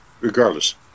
regardless